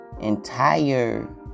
entire